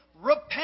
repent